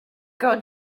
god